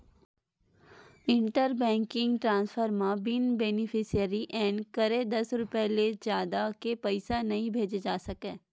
inter banking transfer म बिन beneficiary add करे दस रूपिया ले जादा के पइसा नइ भेजे जा सकय